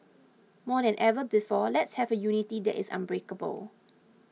more than ever before let's have a unity that is unbreakable